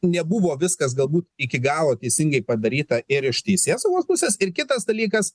nebuvo viskas galbūt iki galo teisingai padaryta ir iš teisėsaugos pusės ir kitas dalykas